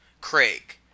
Craig